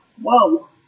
Whoa